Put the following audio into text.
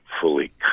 fully